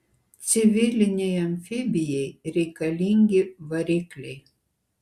civilinei amfibijai reikalingi varikliai